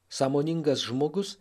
sąmoningas žmogus